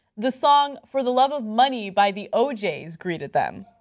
the song for the love of money by the o'jays greeted them.